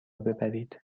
ببرید